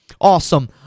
awesome